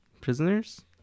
prisoners